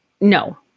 no